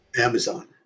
amazon